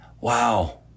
Wow